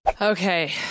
Okay